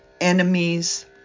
enemies